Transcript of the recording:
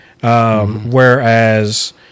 whereas